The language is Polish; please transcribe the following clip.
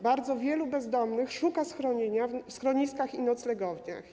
Bardzo wielu bezdomnych szuka schronienia w schroniskach i noclegowniach.